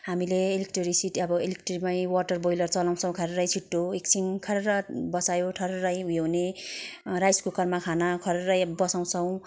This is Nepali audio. हामीले इलेक्ट्रिसिटी इलेक्ट्रीमै वाटर बोयलर चलाउँछौँ ख्वार्रै छिटो एकछिन खर्रर बसायो ठर्रै उयो हुने राइस कुकरमा खाना खर्रै बसाउँछौँ